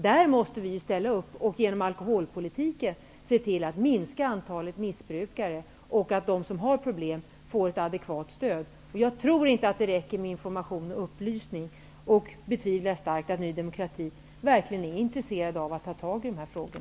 Vi måste ställa upp och genom alkoholpolitiken se till att minska antalet missbrukare och se till att de som har problem får adekvat stöd. Jag tror inte att det räcker med information och upplysning. Jag betvivlar starkt att nydemokraterna verkligen är intresserade av att ta itu med dessa frågor.